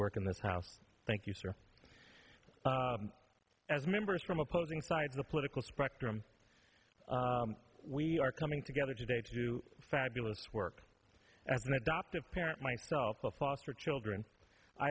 work in this house thank you sir as members from opposing side of the political spectrum we are coming together today to do fabulous work as an adoptive parent myself of foster children i